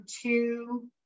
two